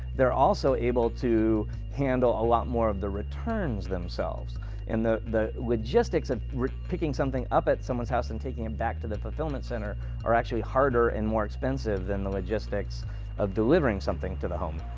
they're also able to handle a lot more of the returns themselves and the the logistics of picking something up at someone's house and taking it back to the fulfillment center are actually harder and more expensive than the logistics of delivering something to the home.